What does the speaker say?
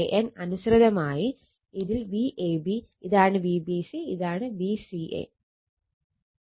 Van അനുസൃതമായി ഇതിൽ Vab ഇതാണ് Vbc ഇതാണ് Vca ഇതാണ്